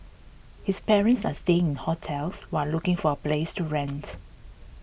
his parents are staying in hotels while looking for a place to rent